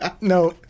no